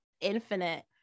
infinite